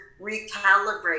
recalibrate